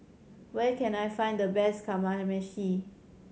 where can I find the best Kamameshi